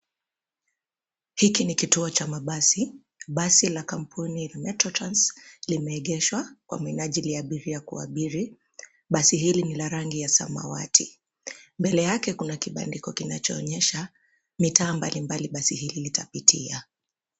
Hiki ni kituo cha mabasi. Basi la kampuni Metro Trans, limeegeshwa kwa minajili ya abiria kuabiri. Basi hili ni la rangi ya samawati, mbele yake kuna kibandiko kinachoonyesha mitaa mbalimbali basi hili litapitia.